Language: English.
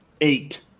Eight